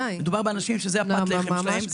מדובר באנשים שזו פת הלחם שלהם.